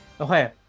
okay